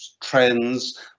trends